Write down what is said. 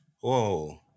Whoa